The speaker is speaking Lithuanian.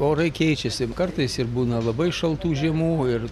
orai keičiasi kartais ir būna labai šaltų žiemų ir